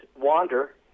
wander